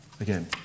again